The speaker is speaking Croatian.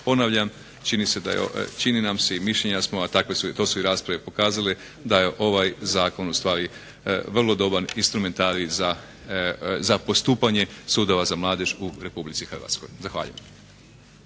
Ponavljam čini nam se i mišljenja smo i to su i rasprave pokazale da je ovaj zakon ustvari vrlo dobar instrumentarij za postupanje sudova za mladež u RH. Zahvaljujem.